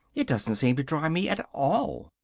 it doesn't seem to dry me at all.